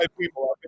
people